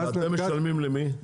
ואתם משלמים למי?